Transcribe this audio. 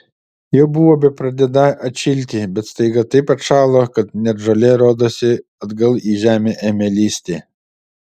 jau buvo bepradedą atšilti bet staiga taip atšalo kad net žolė rodosi atgal į žemę ėmė lįsti